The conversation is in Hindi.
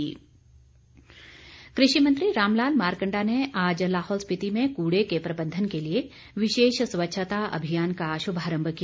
मारकंडा कृषि मंत्री रामलाल मारकंडा ने आज लाहौल स्पिति में कूड़े के प्रबंधन के लिए विशेष स्वच्छता अभियान का शुभारम्भ किया